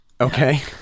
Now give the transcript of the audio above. Okay